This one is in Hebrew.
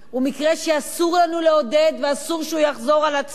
הוא מקרה שאסור לנו לעודד ואסור שהוא יחזור על עצמו.